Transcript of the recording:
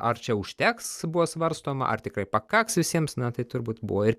ar čia užteks buvo svarstoma ar tikrai pakaks visiems na tai turbūt buvo ir